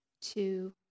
two